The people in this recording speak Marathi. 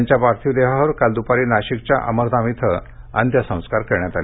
त्यांच्या पार्थिव देहावर काल द्रपारी नाशिकच्या अमरधाम मध्ये अंत्यसंस्कार करण्यात आले